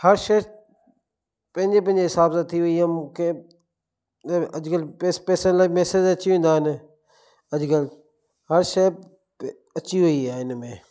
हर शइ पंहिंजे पंहिंजे हिसाब सां थी वई आहे मूंखे अॼुकल्ह पेसनि लाइ मेसेज अची वेंदा आहिनि अॼुकल्ह हर शइ अची वई आहे इन में